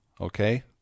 okay